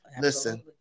Listen